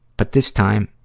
but this time,